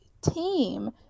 team